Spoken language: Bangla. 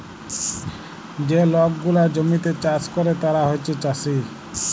যে লক গুলা জমিতে চাষ ক্যরে তারা হছে চাষী